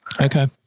Okay